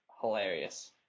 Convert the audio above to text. hilarious